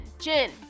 Jin